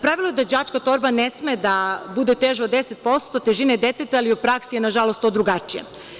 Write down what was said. Pravilo je da đačka torba ne sme da bude teža od 10% težine deteta, ali u praksi je to drugačije.